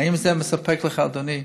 האם זה מספק אותך, אדוני?